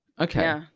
Okay